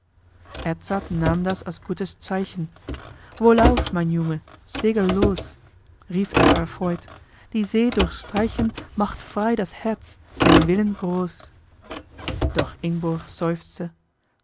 edzard nahm das als gutes zeichen wohlauf mein junge segel los rief er erfreut die see durchstreichen macht frei das herz den willen groß doch ingborg